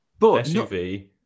SUV